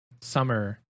summer